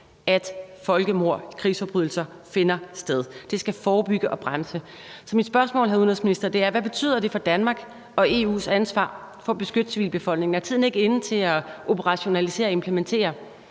at folkemord og krigsforbrydelser finder sted. Det skal forebygge og bremse. Så mit spørgsmål, hr. udenrigsminister, er: Hvad betyder det for Danmarks og EU's ansvar for at beskytte civilbefolkningen? Er tiden ikke inde til at operationalisere og implementere